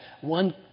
one